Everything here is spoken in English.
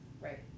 Right